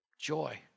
Joy